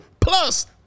plus